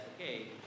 okay